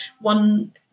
One